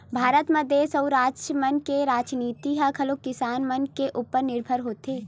भारत म देस अउ राज मन के राजनीति ह घलोक किसान मन के उपर निरभर होथे